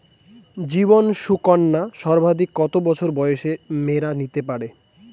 জীবন সুকন্যা সর্বাধিক কত বছর বয়সের মেয়েরা নিতে পারে?